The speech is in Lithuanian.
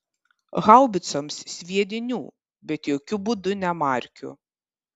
haubicoms sviedinių bet jokiu būdu ne markių